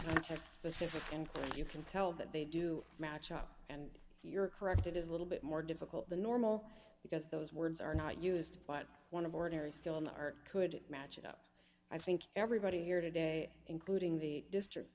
specific and you can tell that they do match up and you're correct it is a little bit more difficult than normal because those words are not used but one of ordinary skill in the art could match up i think everybody here today including the district